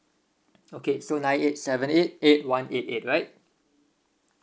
okay so nine eight seven eight eight one eight eight right